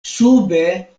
sube